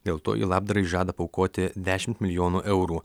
dėl to ji labdarai žada paaukoti dešimt milijonų eurų